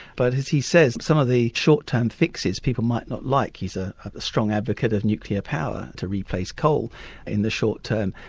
but, as he says, some of the short-term fixes people might not like. he's ah a strong advocate of nuclear power to replace coal in the short-term,